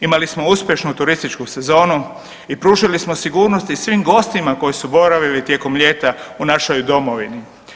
Imali smo uspješnu turističku sezonu i pružili smo sigurnost i svim gostima koji su boravili tijekom ljeta u našoj domovini.